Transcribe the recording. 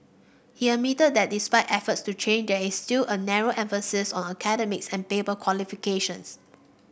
he admitted that despite efforts to change there is still a narrow emphasis on academics and paper qualifications